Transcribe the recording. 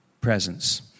presence